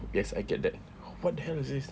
yes I get that what the hell is this